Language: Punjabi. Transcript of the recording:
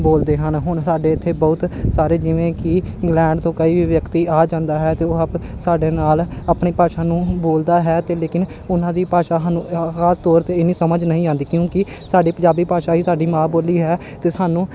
ਬੋਲਦੇ ਹਨ ਹੁਣ ਸਾਡੇ ਇੱਥੇ ਬਹੁਤ ਸਾਰੇ ਜਿਵੇਂ ਕਿ ਇੰਗਲੈਂਡ ਤੋਂ ਕਈ ਵੀ ਵਿਅਕਤੀ ਆ ਜਾਂਦਾ ਹੈ ਅਤੇ ਉਹ ਆਪ ਸਾਡੇ ਨਾਲ ਆਪਣੀ ਭਾਸ਼ਾ ਨੂੰ ਬੋਲਦਾ ਹੈ ਅਤੇ ਲੇਕਿਨ ਉਹਨਾਂ ਦੀ ਭਾਸ਼ਾ ਸਾਨੂੰ ਖਾਸ ਤੌਰ 'ਤੇ ਇੰਨੀ ਨਹੀਂ ਸਮਝ ਨਹੀਂ ਆਉਂਦੀ ਕਿਉਂਕਿ ਸਾਡੀ ਪੰਜਾਬੀ ਭਾਸ਼ਾ ਹੀ ਸਾਡੀ ਮਾਂ ਬੋਲੀ ਹੈ ਅਤੇ ਸਾਨੂੰ